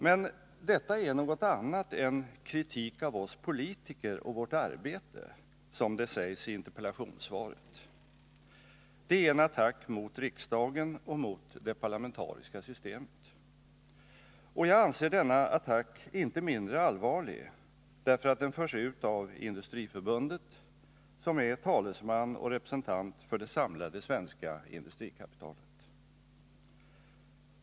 Men detta är något annat än ”kritik av oss politiker och vårt arbete”, som det sägs i interpellationssvaret. Det är en attack mot riksdagen och mot det parlamentariska systemet. Och jag anser denna attack inte mindre allvarlig därför att den förs ut av Industriförbundet, som är talesman och representant för det samlade svenska industrikapitalet.